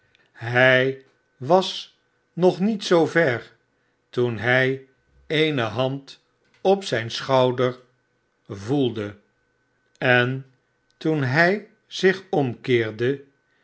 hij was nog niet ver toen hij eene hand op zijn schouder voelde en toen hij zich omkeerde